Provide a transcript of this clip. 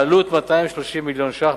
העלות היא 230 מיליון שקל,